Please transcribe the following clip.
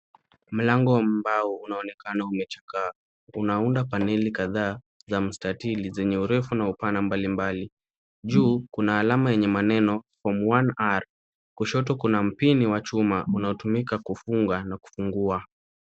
Mlango wa mbao unaonekana umechakaa, unaunda paneli kadha za mstatili zenye urefu na upana mbalimbali, juu kuna alama yenye maneno [ cs] form 1R kushoto kuna mpini wa chuma unaotumika kufunga na kufungua.